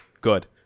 Good